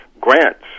grants